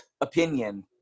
opinion